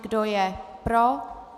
Kdo je pro?